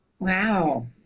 Wow